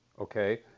Okay